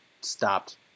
stopped